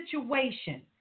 situation